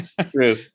True